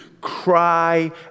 cry